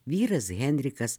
vyras henrikas